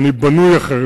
אני בנוי אחרת.